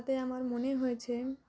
তাতে আমার মনে হয়েছে